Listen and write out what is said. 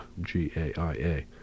G-A-I-A